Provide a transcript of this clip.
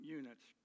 units